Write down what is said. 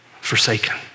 forsaken